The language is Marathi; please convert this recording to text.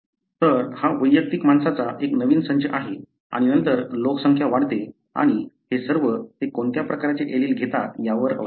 तर हा वैयक्तिक माणसांचा एक नवीन संच आहे आणि नंतर लोकसंख्या वाढते आणि हे सर्व ते कोणत्या प्रकारचे एलील घेतात यावर अवलंबून असते